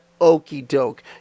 okey-doke